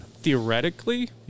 Theoretically